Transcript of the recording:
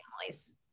families